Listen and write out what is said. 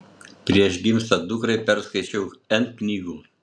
prieš gimstant dukrai perskaičiau n knygų